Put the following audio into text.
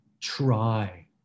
try